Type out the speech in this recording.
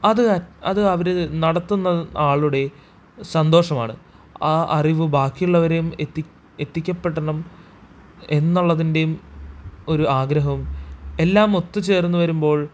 അത് അത് അവർ നടത്തുന്നത് ആളുടെ സന്തോഷമാണ് ആ അറിവ് ബാക്കിയുള്ളവരേയും എത്തിക്കപ്പെടണം എന്നുള്ളതിൻ്റേയും ഒരു ആഗ്രഹവും എല്ലാം ഒത്തുചേർന്നു വരുമ്പോൾ